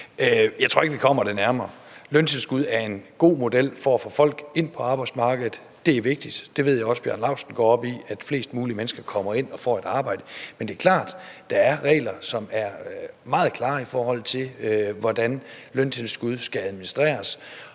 Jeg tror ikke, vi kommer det nærmere. Løntilskud er en god model til at få folk ind på arbejdsmarkedet. Det er vigtigt – det ved jeg også at hr. Bjarne Laustsen går op i – at flest mulige mennesker får et arbejde, men det er klart, at der er regler, som er meget klare, i forhold til hvordan løntilskud skal administreres.